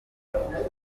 nkababazwa